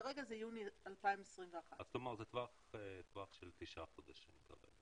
כרגע זה יוני 2021. זה טווח של תשעה חודשים.